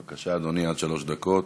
בבקשה, אדוני, עד שלוש דקות.